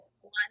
One